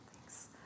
Thanks